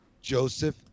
Joseph